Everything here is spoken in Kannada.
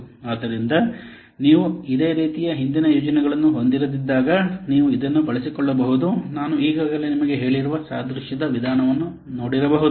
ಆದ್ದರಿಂದ ನೀವು ಇದೇ ರೀತಿಯ ಹಿಂದಿನ ಯೋಜನೆಗಳನ್ನು ಹೊಂದಿರದಿದ್ದಾಗ ನೀವು ಇದನ್ನು ಬಳಸಿಕೊಳ್ಳಬಹುದು ನಾನು ಈಗಾಗಲೇ ನಿಮಗೆ ಹೇಳಿರುವ ಸಾದೃಶ್ಯದ ವಿಧಾನವನ್ನು ನೋಡಿರಬಹುದು